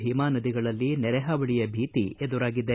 ಭೀಮಾ ನದಿಗಳಲ್ಲಿ ನೆರೆಹಾವಳಿಯ ಭೀತಿ ಎದುರಾಗಿದೆ